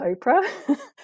Oprah